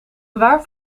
waar